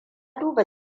duba